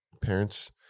parents